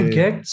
get